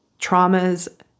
Traumas